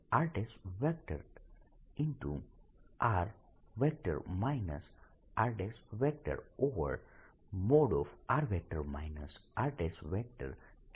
r rr r3dv થશે